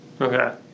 Okay